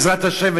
בעזרת השם,